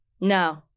No